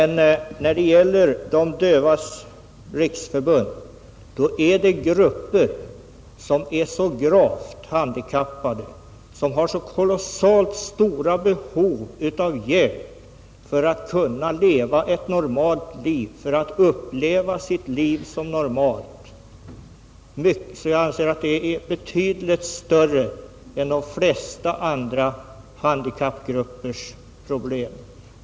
När det gäller De dövas riksförbund så är det fråga om grupper som är så gravt handikappade, som har så kolossalt stort behov av hjälp för att kunna uppleva sin tillvaro som någorlunda normal, att deras problem är betydligt större än de flesta andra handikappgruppers problem.